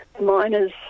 miners